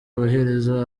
amaherezo